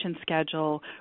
schedule